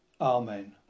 Amen